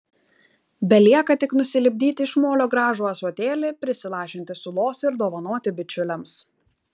belieka tik nusilipdyti iš molio gražų ąsotėlį prisilašinti sulos ir dovanoti bičiuliams